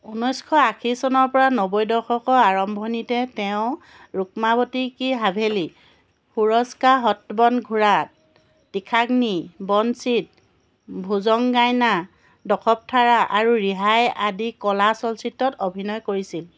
ঊনৈছশ আশী চনৰ পৰা নব্বৈৰ দশকৰ আৰম্ভণিতে তেওঁ ৰুকমাৱতী কী হাভেলী সুৰজ কা সতৱন ঘোঁৰাত তৃষাগ্নি বনচিত ভুজংগায়না দশৱথাৰা আৰু ৰিহাই আদি কলা চলচ্চিত্ৰত অভিনয় কৰিছিল